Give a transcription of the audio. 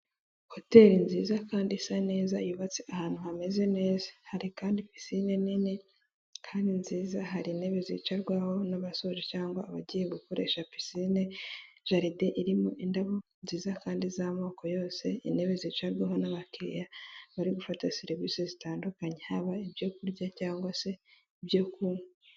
Hoteli nziza kandi isa neza yubatse ahantu hameze neza hari kandi pisine nini kandi nziza hari intebe zicarwaho n'abasore cyangwa abagiye gukoresha pisinine. Jaride irimo indabo nziza kandi z'amoko yose intebe zicarwaho nabakiriya bari gufata serivisi zitandukanye haba ibyo kurya cyangwa se ibyo kunywa.